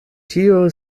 tiu